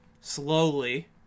slowly